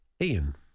Ian